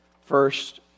first